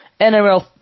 NRL